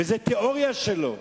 וזה תיאוריה שלו.